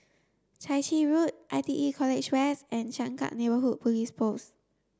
Chai Chee Road I T E College West and Changkat Neighbourhood Police Post